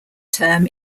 term